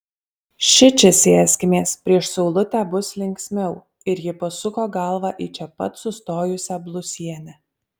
šičia sėskimės prieš saulutę bus linksmiau ir ji pasuko galvą į čia pat sustojusią blusienę